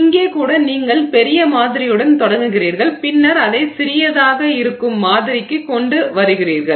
இங்கே கூட நீங்கள் பெரிய மாதிரியுடன் தொடங்குகிறீர்கள் பின்னர் அதை சிறியதாக இருக்கும் மாதிரிக்கு கொண்டு வருகிறீர்கள்